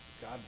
God